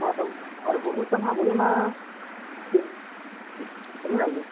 ᱟᱫᱚ ᱟᱨ ᱵᱩᱦᱤ ᱠᱚ ᱱᱟᱦᱟᱜ ᱵᱩᱦᱤ ᱢᱟ ᱟᱹᱵᱤᱱᱟᱜ ᱜᱮ